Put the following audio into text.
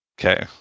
Okay